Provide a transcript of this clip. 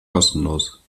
kostenlos